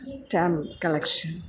stamp collection